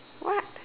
what